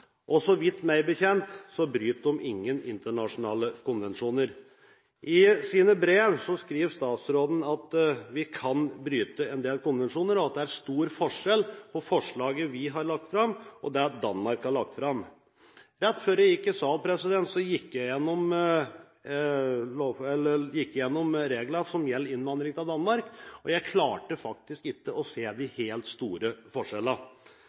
samme. Så vidt jeg vet, bryter de ingen internasjonale konvensjoner. I sine brev skriver statsråden at vi kan bryte en del konvensjoner, og at det er stor forskjell på det forslaget vi har lagt fram, og det de har lagt fram i Danmark. Rett før jeg gikk i salen, gikk jeg gjennom reglene som gjelder innvandring til Danmark, og jeg klarte faktisk ikke å se de helt store forskjellene.